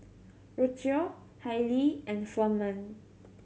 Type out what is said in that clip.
Rocio Hailee and Ferman